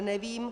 Nevím.